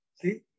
See